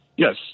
Yes